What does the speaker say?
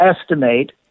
estimate